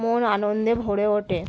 মন আনন্দে ভরে ওঠে